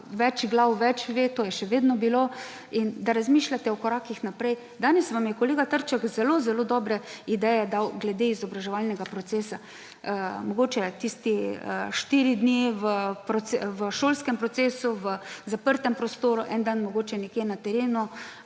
več glav več ve, to je še vedno bilo, in da razmišljate o korakih naprej. Danes vam je kolega Trček zelo zelo dobre ideje dal glede izobraževalnega procesa. Mogoče tisti štirje dnevi v šolskem procesu v zaprtem prostoru, en dan mogoče nekje na terenu.